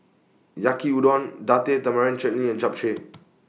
Yaki Udon Date Tamarind Chutney and Japchae